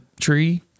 tree